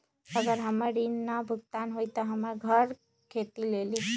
अगर हमर ऋण न भुगतान हुई त हमर घर खेती लेली?